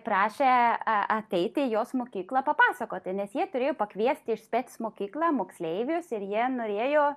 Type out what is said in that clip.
prašė a ateiti į jos mokyklą papasakoti nes jie turėjo pakviesti iš spec mokykla moksleivius ir jie norėjo